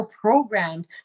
programmed